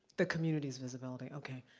the community's visibility, okay.